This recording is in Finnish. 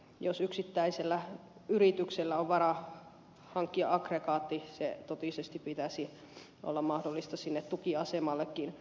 jos yksittäisellä yrityksellä on varaa hankkia aggregaatti sen totisesti pitäisi olla mahdollista sinne tukiasemallekin